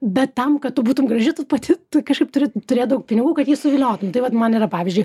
bet tam kad tu būtum graži tu pati tu kažkaip turi turėt daug pinigų kad jį suviliotum tai vat man yra pavyzdžiui